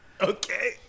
okay